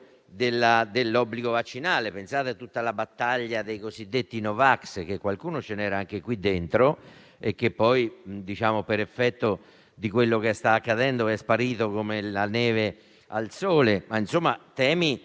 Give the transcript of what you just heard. dell'obbligo vaccinale. Pensate a tutta la battaglia dei cosiddetti no vax. E qualcuno c'era anche qui dentro, ma poi, per effetto di quello che sta accadendo, è sparito come neve al sole. Sono temi